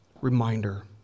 reminder